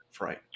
Right